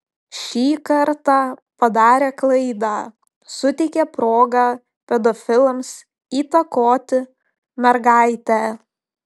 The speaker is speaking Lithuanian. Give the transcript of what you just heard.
šį kartą padarė klaidą suteikė progą pedofilams įtakoti mergaitę